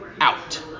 out